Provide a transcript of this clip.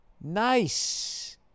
nice